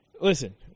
Listen